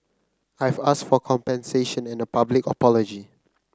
I've asked for compensation and a public apology